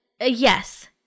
yes